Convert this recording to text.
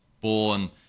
born